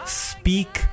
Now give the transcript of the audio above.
speak